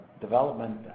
development